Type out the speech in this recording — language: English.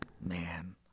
man